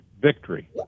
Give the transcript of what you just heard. victory